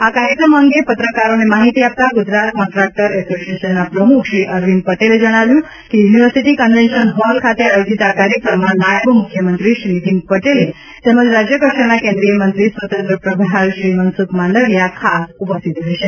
આ કાર્યક્રમ અંગે પત્રકારોને માહિતી આપતાં ગુજરાત કોન્ટ્રાક્ટર એસોસિએશનના પ્રમુખ શ્રી અરવિંદ પટેલે જણાવ્યું કે યુનિવર્સિટી કન્વેન્શન હોલ ખાતે આયોજિત આ કાર્યક્રમમાં નાયબ મુખ્યમંત્રી શ્રી નીતિન પટેલે તેમજ રાજ્ય કક્ષાના કેન્દ્રીય મંત્રી સ્વતંત્ર પ્રભાર શ્રી મનસૂખ માંડવીયા ખાસ ઉપસ્થિત રહેશે